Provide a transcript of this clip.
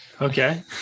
Okay